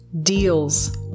deals